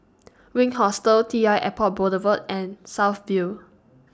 Wink Hostel T L Airport Boulevard and South View